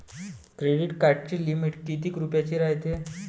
Credit कार्डाची limit कितीक रुपयाची रायते?